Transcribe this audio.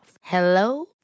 Hello